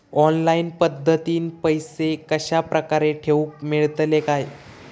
Online पद्धतीन पैसे कश्या प्रकारे ठेऊक मेळतले काय?